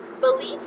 belief